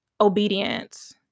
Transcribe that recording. obedience